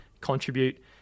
contribute